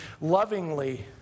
lovingly